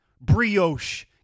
Brioche